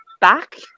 back